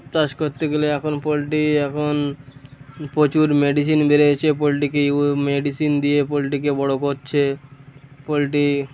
চাষ করতে গেলে এখন পোলট্রি এখন প্রচুর মেডিসিন বের হয়েছে পোলট্রিকে ইউ মেডিসিন দিয়ে পোলট্রিকে বড় করছে পোলট্রি